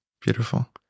Beautiful